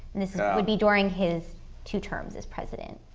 and this would be during his two terms as president?